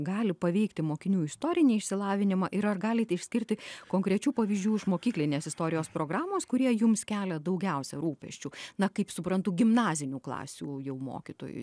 gali paveikti mokinių istorinį išsilavinimą ir ar galite išskirti konkrečių pavyzdžių iš mokyklinės istorijos programos kurie jums kelia daugiausia rūpesčių na kaip suprantu gimnazinių klasių jau mokytojui